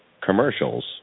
commercials